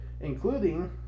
including